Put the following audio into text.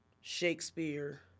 Shakespeare